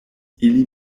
ili